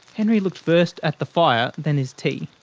henry looked first at the fire then his tea.